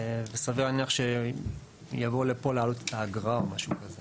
וסביר להניח שיבואו לפה להעלות את האגרה או משהו כזה